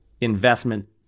investment